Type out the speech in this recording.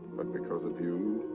but because of you.